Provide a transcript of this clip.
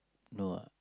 no ah